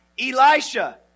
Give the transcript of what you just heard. Elisha